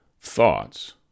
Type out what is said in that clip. thoughts